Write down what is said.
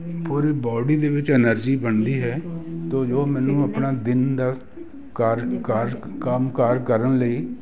ਪੂਰੀ body ਦੇ ਵਿੱਚ energy ਬਣਦੀ ਹੈ ਤਾਂ ਜੋ ਮੈਨੂੰ ਆਪਣਾ ਦਿਨ ਦਾ ਕਾਰਜ ਕਾਰਜ ਕੰਮ ਕਾਰ ਕਰਨ ਲਈ